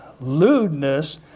lewdness